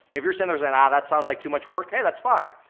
if your sender said ah, that sounds like too much work, hey that's fine,